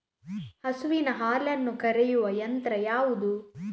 ಹಸುವಿನ ಹಾಲನ್ನು ಕರೆಯುವ ಯಂತ್ರ ಯಾವುದು?